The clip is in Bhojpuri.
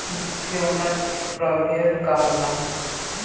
बीज के उन्नत प्रभेद का होला?